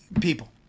people